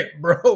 bro